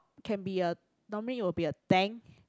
can be a normally will be a tank